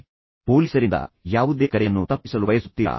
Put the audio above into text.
ಆದ್ದರಿಂದ ನೀವು ಪೊಲೀಸರಿಂದ ಯಾವುದೇ ಕರೆಯನ್ನು ತಪ್ಪಿಸಲು ಬಯಸುತ್ತೀರಾ